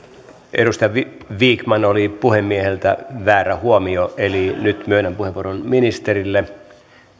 edustaja vikman oli puhemieheltä väärä huomio eli nyt myönnän puheenvuoron ministerille